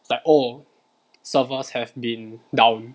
it's like oh servers have been down